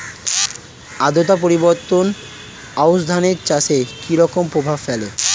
আদ্রতা পরিবর্তন আউশ ধান চাষে কি রকম প্রভাব ফেলে?